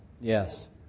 Yes